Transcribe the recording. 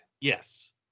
Yes